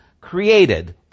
created